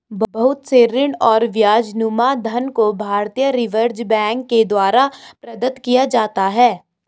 बहुत से ऋण और ब्याजनुमा धन को भारतीय रिजर्ब बैंक के द्वारा प्रदत्त किया जाता है